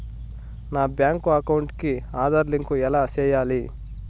నా bank account కి Aadhaar link ఎలా సేయాలి